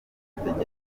ategereza